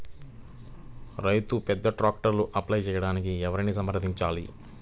రైతు పెద్ద ట్రాక్టర్కు అప్లై చేయడానికి ఎవరిని సంప్రదించాలి?